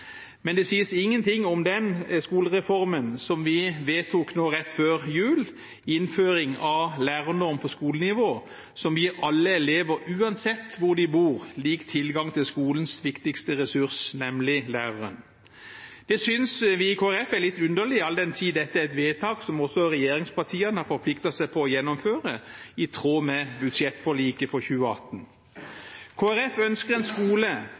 men det sies ingenting om skolereformen vi vedtok nå rett før jul: innføring av lærernorm på skolenivå, som gir alle elever uansett hvor de bor, lik tilgang til skolens viktigste ressurs, nemlig læreren. Det synes vi i Kristelig Folkeparti er litt underlig, all den tid dette er et vedtak som også regjeringspartiene har forpliktet seg til å gjennomføre, i tråd med budsjettforliket for 2018. Kristelig Folkeparti ønsker en skole